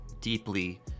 deeply